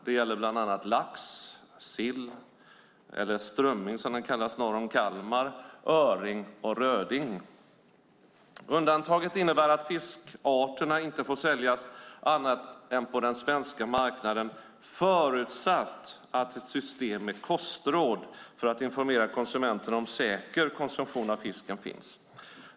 Det gäller bland annat lax, sill, eller strömming som den kallas norr om Kalmar, öring och röding. Undantaget innebär att fiskarterna inte får säljas annat än på den svenska marknaden förutsatt att ett system med kostråd för att informera konsumenterna om säker konsumtion av fisken finns.